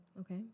okay